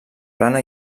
plana